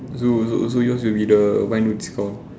so so so yours will be the what it's called